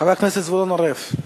חבר הכנסת זבולון אורלב.